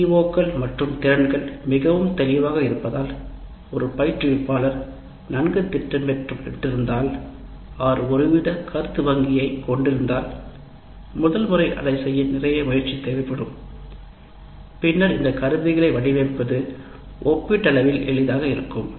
சிஓக்கள் மற்றும் திறன்கள் மிகவும் தெளிவாக இருப்பதால் ஒரு பயிற்றுவிப்பாளர் நன்கு திட்டமிட்டிருந்தால் அவர் ஒருவித உருப்படி வங்கியைக் கொண்டிருந்தால் முதல் முறை அதை செய்ய நிறைய முயற்சி தேவைப்படும் பின்னர் இந்த கருவிகளை வடிவமைப்பது ஒப்பீட்டளவில் எளிதாக இருக்க வேண்டும்